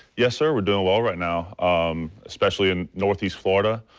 yes sir. we're doing well right now um especially in northeast florida.